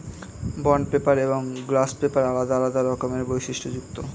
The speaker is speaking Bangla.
বন্ড পেপার এবং গ্লস পেপার আলাদা আলাদা রকমের বৈশিষ্ট্যযুক্ত